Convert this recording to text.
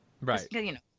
Right